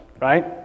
right